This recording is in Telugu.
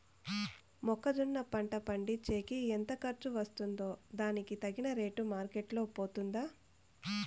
మొక్క జొన్న పండించేకి ఎంత ఖర్చు వస్తుందో దానికి తగిన రేటు మార్కెట్ లో పోతుందా?